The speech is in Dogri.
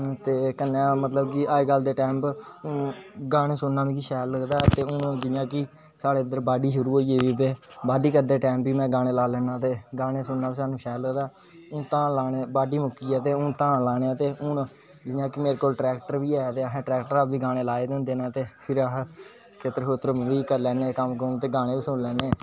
ते कन्ने मतलब कि अजकल दे टांइम उपर गाने सुनना मिगी शैल लगदा ते हून जियां कि साडे इधर बाडी शुरु होई गेदी ते बाडी करदे टाइम बी में गाने लाई लेना ते गाने सुनना सानू साल लगदे हून धान लाने बाडी मुक्की ऐ ते हून धान लाने ते हून जियां कि मेरे कोल ट्रैक्टर बी हे ते आसे ट्रैक्टरे उपर गाने लाए दे होंदे न ते फिर खैतर खोतर बी करी लेने कम्म ते गाने बी सुनी लेने